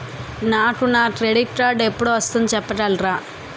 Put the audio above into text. నాకు నా credit card ఎపుడు వస్తుంది చెప్పగలరా?